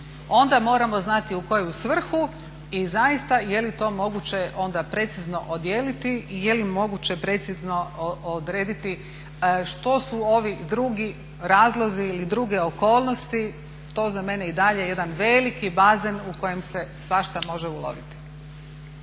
onda moramo znati u koju svrhu i zaista je li to moguće onda precizno odijeliti i je li moguće precizno odrediti što su ovi drugi razlozi ili druge okolnosti. To je za mene i dalje jedan veliki bazen u kojem se svašta može uloviti.